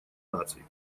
наций